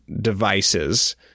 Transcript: devices